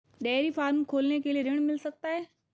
Dairy farm खोलने के लिए ऋण मिल सकता है?